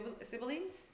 siblings